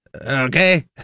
Okay